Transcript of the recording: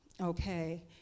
okay